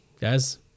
guys